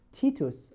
Titus